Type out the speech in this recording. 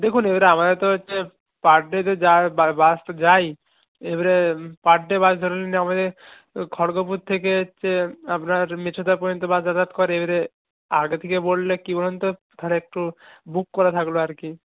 দেখুন এবারে আমাদের তো হচ্ছে পার ডেতে যা বাস তো যায়ই এবারে পার ডে বাস ধরুন আমাদের খড়গপুর থেকে হচ্ছে আপনার মেচেদা পর্যন্ত বাস যাতায়াত করে এবারে আগে থেকে বললে কি বলুন তো তাহলে একটু বুক করা থাকলো আর কি